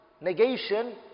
Negation